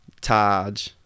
Taj